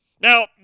Now